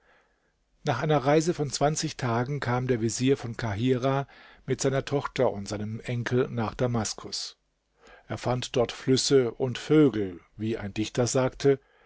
nach einer reise von zwanzig tagen kam der vezier von kahirah mit seiner tochter und seinem enkel nach damaskus er fand dort flüsse und vögel wie ein dichter sagte